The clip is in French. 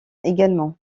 également